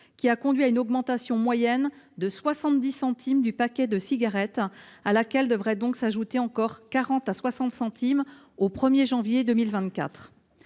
qui a conduit à une augmentation moyenne de 70 centimes du paquet de cigarettes, à laquelle devrait s’ajouter une hausse de 40 centimes à 60 centimes au 1 janvier 2024.